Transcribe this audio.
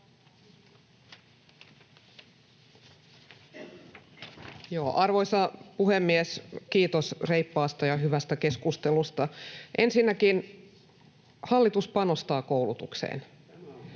Arvoisa puhemies! Kiitos reippaasta ja hyvästä keskustelusta. Ensinnäkin hallitus panostaa koulutukseen.